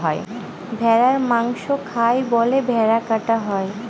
ভেড়ার মাংস খায় বলে ভেড়া কাটা হয়